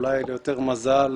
אולי ליותר מזל